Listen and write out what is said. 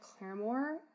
Claremore